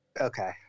Okay